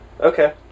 Okay